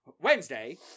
Wednesday